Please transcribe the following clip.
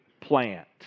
plant